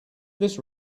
this